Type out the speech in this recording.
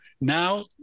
Now